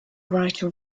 writer